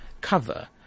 cover